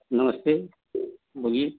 नमस्ते बोलिए